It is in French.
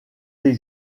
les